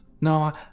No